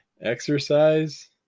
Exercise